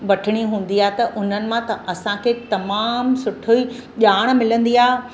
वठिणी हूंदी आहे त उन्हनि मां त असांखे तमामु सुठो ई ॼाणु मिलंदी आहे